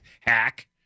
hack